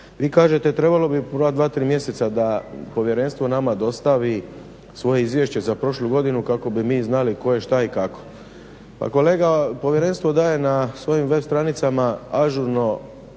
Vi kažete trebalo bi prva dva, tri mjeseca da Povjerenstvo nama dostavi svoje izvješće za prošlu godinu kako bi mi znali tko je šta i kako. Pa kolega, Povjerenstvo daje na svojim web stranicama ažurno